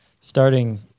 starting